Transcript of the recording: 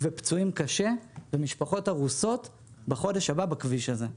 פצועים קשה ומשפחות הרוסות בחודש הבא בכביש הזה.